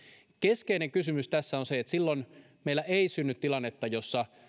keskeinen kysymys tässä on se että silloin meillä ei synny tilannetta jossa